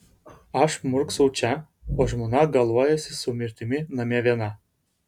aš murksau čia o žmona galuojasi su mirtimi namie viena